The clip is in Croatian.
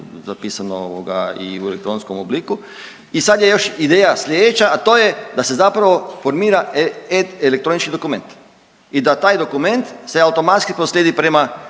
zapisano ovoga i u elektronskom obliku. I sad je još ideja slijedeća, a to je da se zapravo formira e, e-elektronički dokument i da taj dokument se automatski proslijedi prema